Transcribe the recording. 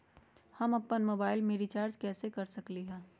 हम अपन मोबाइल में रिचार्ज कैसे कर सकली ह?